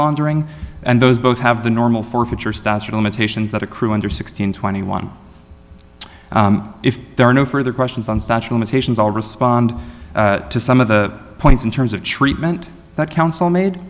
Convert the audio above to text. laundering and those both have the normal forfeiture stature limitations that accrue under sixteen twenty one if there are no further questions on statue limitations i'll respond to some of the points in terms of treatment that counsel made